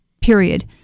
period